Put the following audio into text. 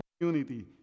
community